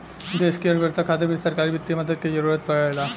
देश की अर्थव्यवस्था खातिर भी सरकारी वित्तीय मदद के जरूरत परेला